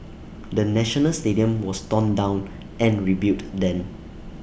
the national stadium was torn down and rebuilt then